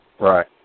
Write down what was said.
Right